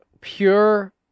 pure